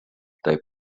taip